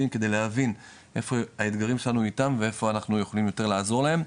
כדי להבין איפה האתגרים שלנו איתם ואיפה אנחנו יכולים יותר לעזור להם.